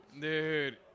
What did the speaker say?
Dude